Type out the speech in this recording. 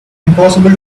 impossible